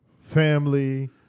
family